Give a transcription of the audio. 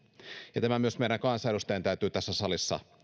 ja tämä myös meidän kansanedustajien täytyy tässä salissa